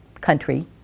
country